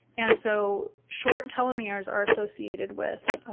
and so short telomeres are associated with,